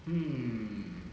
hmm